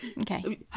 Okay